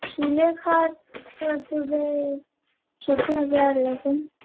স্টিলের খাট চৌদ্দো হাজার এরকম